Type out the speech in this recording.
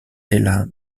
ella